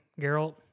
Geralt